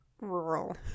rural